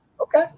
Okay